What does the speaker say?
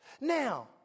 now